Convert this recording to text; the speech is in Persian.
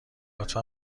لطفا